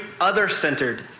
other-centered